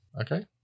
Okay